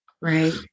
right